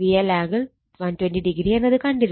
VL angle 120o എന്നത് കണ്ടിരുന്നു